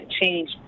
change